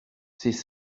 ces